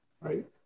right